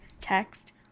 text